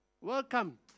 Welcome